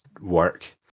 work